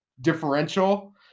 differential